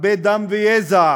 הרבה דם ויזע,